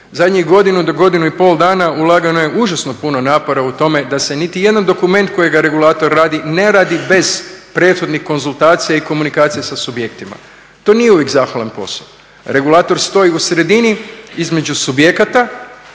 Zadnjih godinu do godinu i pol dana ulagano je užasno puno napora u tome da se niti jedan dokument kojega regulator radi ne radi bez prethodnih konzultacija i komunikacije sa subjektima. To nije uvijek zahvalan posao. Regulator stoji u sredini, između subjekata